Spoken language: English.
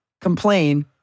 complain